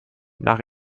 nach